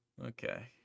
Okay